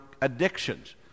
addictions